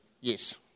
Yes